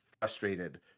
frustrated